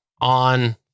on